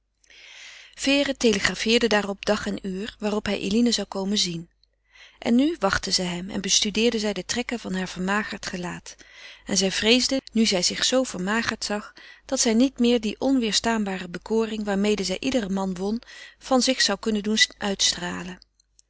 vere telegrafeerde daarop dag en uur waarop hij eline zou komen zien en nu wachtte zij hem en bestudeerde zij de trekken van heur vermagerd gelaat en zij vreesde nu zij zich zoo vermagerd zag dat zij niet meer die onwederstaanbare bekoring waarmede zij iederen man won van zich zou kunnen doen uitstralen